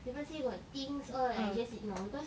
people say got things all I just ignore because